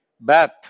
bath